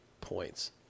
points